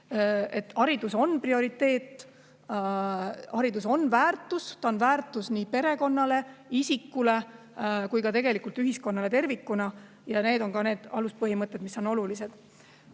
Haridus on prioriteet, haridus on väärtus – see on väärtus nii perekonnale, isikule endale kui ka tegelikult ühiskonnale tervikuna. Need on need aluspõhimõtted, mis on olulised.